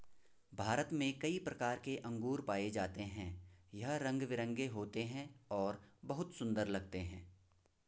भारत में कई प्रकार के अंगूर पाए जाते हैं यह रंग बिरंगे होते हैं और बहुत सुंदर लगते हैं